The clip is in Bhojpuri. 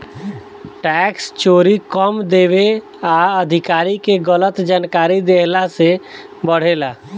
टैक्स चोरी कम देवे आ अधिकारी के गलत जानकारी देहला से बढ़ेला